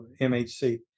MHC